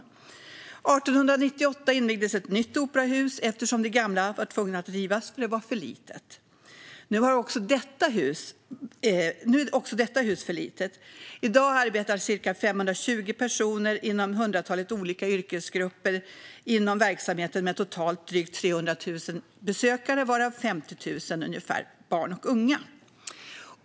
1898 invigdes ett nytt operahus eftersom man blev tvungen att riva det gamla då det var för litet. Nu är också detta hus för litet. I dag arbetar ca 520 personer i hundratalet olika yrkesgrupper inom verksamheten, som har totalt drygt 300 000 besökare, varav ungefär 50 000 barn och unga.